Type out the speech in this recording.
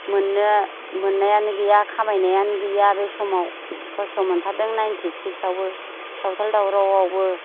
मोन्नायानो गैया खामायनायानो गैया बे समाव खस्थ' मोन्थारदों नाइन्थि सिक्सयावबो सावथाल दावरावआवबो